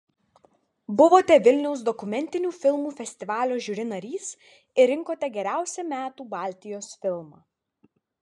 buvote vilniaus dokumentinių filmų festivalio žiuri narys ir rinkote geriausią metų baltijos filmą